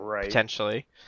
potentially